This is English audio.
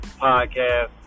podcast